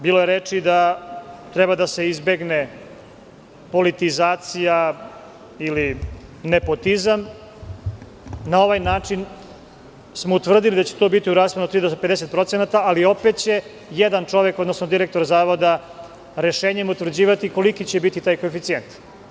Bilo je reči da treba da se izbegne politizacija ili nepotizam, na ovaj način smo utvrdili da će to biti u rasponu od tri do 50%, ali opet će jedan čovek, odnosno direktor Zavoda rešenjem utvrđivati koliki će biti taj koeficijent.